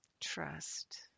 Trust